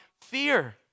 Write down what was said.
fear